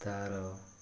ତା'ର